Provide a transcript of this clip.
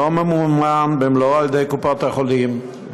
ממומן במלואו על ידי קופות החולים,